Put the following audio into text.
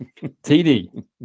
TD